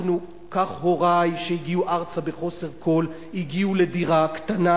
כך, הורי שהגיעו ארצה בחוסר כול הגיעו לדירה קטנה,